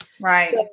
right